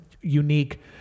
unique